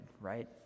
right